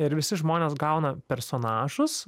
ir visi žmonės gauna personažus